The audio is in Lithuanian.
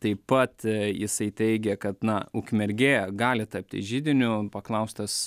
taip pat jisai teigė kad na ukmergė gali tapti židiniu paklaustas